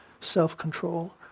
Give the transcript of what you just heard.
self-control